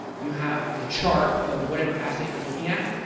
you have the chart of whatever asset you're looking at.